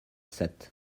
sept